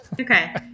Okay